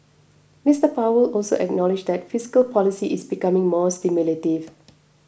Mister Powell also acknowledged that fiscal policy is becoming more stimulative